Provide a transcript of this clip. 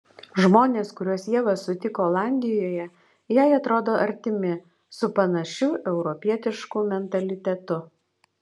žmonės kuriuos ieva sutiko olandijoje jai atrodo artimi su panašiu europietišku mentalitetu